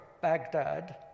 Baghdad